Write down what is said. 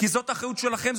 כי זאת האחריות שלכם,